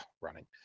running